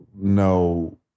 No